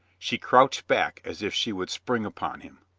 she crouched back as if she would spring upon him.